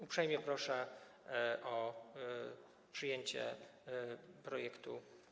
Uprzejmie proszę o przyjęcie projektu.